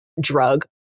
drug